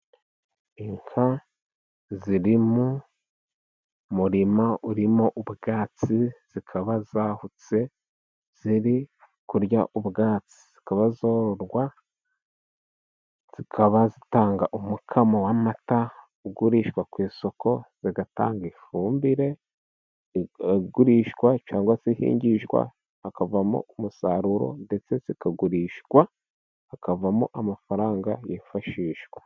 Inka ziri mu murima urimo ubwatsi, zikaba zahutse ziri kurya ubwatsi zikaba zororwa, zikaba zitanga umukamo w'amata ugurishwa ku isoko, zigatanga ifumbire igurishwa cyangwa ihingishwa hakavamo umusaruro, ndetse zikagurishwa hakavamo amafaranga yifashishwa.